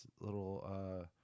little